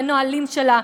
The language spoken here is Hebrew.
בנהלים שלה,